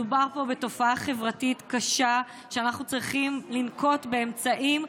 מדובר פה בתופעה חברתית קשה שאנחנו צריכים לנקוט אמצעים,